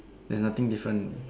they have nothing different